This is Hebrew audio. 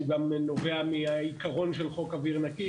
הוא גם נובע מהעיקרון של חוק אוויר נקי,